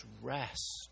rest